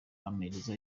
ampereza